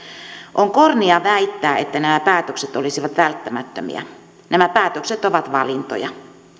on kornia väittää että nämä päätökset olisivat välttämättömiä nämä päätökset ovat valintoja